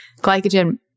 glycogen